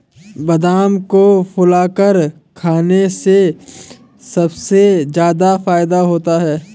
बादाम को फुलाकर खाने से सबसे ज्यादा फ़ायदा होता है